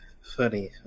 funny